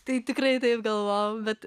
tai tikrai taip galvojau bet